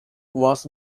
was